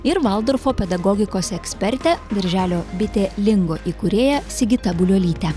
ir valdorfo pedagogikos ekspertė darželio bitė lingo įkūrėja sigita buliuolyte